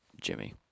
Jimmy